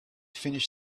finish